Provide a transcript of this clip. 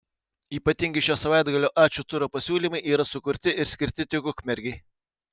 ypatingi šio savaitgalio ačiū turo pasiūlymai yra sukurti ir skirti tik ukmergei